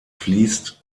fließt